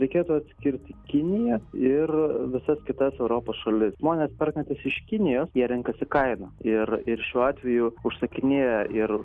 reikėtų atskirti kiniją ir visas kitas europos šalis žmonės perkantys iš kinijos jie renkasi kainą ir ir šiuo atveju užsakinėja ir